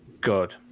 good